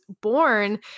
born